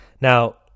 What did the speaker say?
now